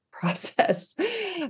process